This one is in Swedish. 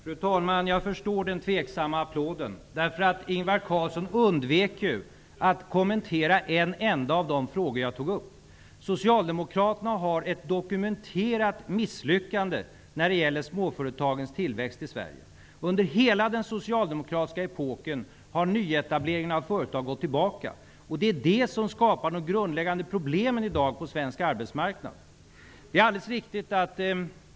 Fru talman! Jag förstår att applåden var tveksam -- Ingvar Carlsson kommenterade inte en enda av de frågor som jag tog upp. Socialdemokraterna har bakom sig ett dokumenterat misslyckande när det gäller småföretagens tillväxt i Sverige. Under hela den socialdemokratiska epoken har nyetableringen av företag gått tillbaka, och det är det som skapar de grundläggande problemen på svensk arbetsmarknad i dag.